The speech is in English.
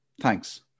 Thanks